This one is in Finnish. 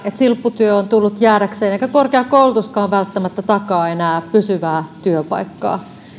että silpputyö on tullut jäädäkseen eikä korkeakoulutuskaan välttämättä enää takaa pysyvää työpaikkaa